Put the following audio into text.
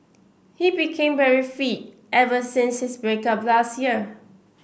he became very fit ever since his break up last year